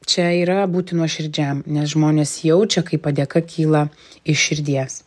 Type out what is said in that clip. čia yra būti nuoširdžiam nes žmonės jaučia kai padėka kyla iš širdies